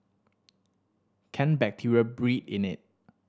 can bacteria breed in it